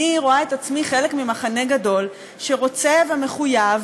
אני רואה את עצמי חלק ממחנה גדול שרוצה ומחויב,